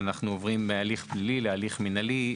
אנחנו עוברים מהליך פלילי להליך מינהלי,